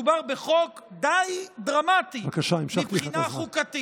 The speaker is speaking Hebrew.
מדובר בחוק די דרמטי מבחינה חוקתית,